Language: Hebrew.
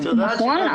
נכון,